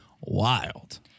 wild